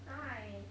now I